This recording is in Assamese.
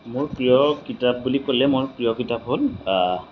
মোৰ প্ৰিয় কিতাপ বুলি ক'লে মোৰ প্ৰিয় কিতাপ হ'ল